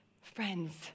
Friends